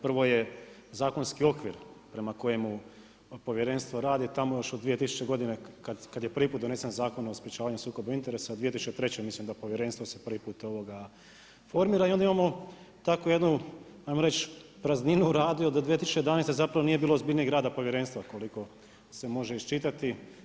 Prvo je zakonski okvir prema kojemu povjerenstvo radi tamo još od 2000.-te kad je prvi put donesen Zakon o sprečavanju sukoba interesa, 2003. mislim da povjerenstvo se prvi put formira i onda imamo tako jednu prazninu u radu od 2011. zapravo nije bilo ozbiljnijeg rada povjerenstva koliko se može iščitati.